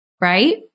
right